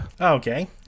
Okay